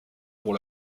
pour